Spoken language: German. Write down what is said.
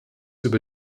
über